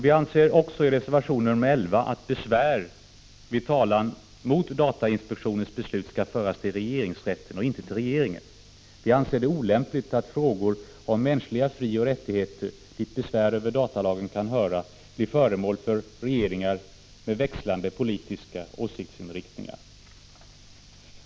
Vi anför också, i reservation nr 11, att besvär vid talan mot datainspektionens beslut skall föras till regeringsrätten och inte till regeringen. Vi anser det olämpligt att frågor om mänskliga frioch rättigheter, dit besvär över datalagen kan höra, blir föremål för granskning av regeringar med växlande politiska åsiktsinriktningar.